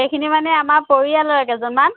সেইখিনি মানে আমাৰ পৰিয়ালৰে কেইজনমান